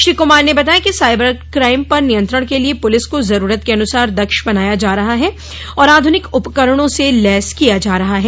श्री कुमार ने बताया कि साइबर क्राइम पर नियंत्रण के लिए पुलिस को जरूरत के अनुसार दक्ष बनाया जा रहा है और आधुनिक उपकरणों से लैस किया जा रहा है